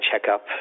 checkup